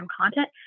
content